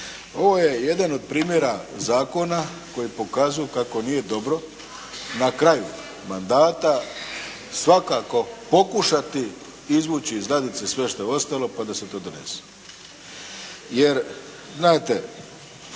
Ovo je jedan od primjera zakona koji pokazuju kako nije dobro na kraju mandata svakako pokušati izvući iz ladice sve što je ostalo pa da se to donese.